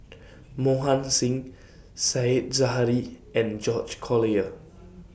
Mohan Singh Said Zahari and George Collyer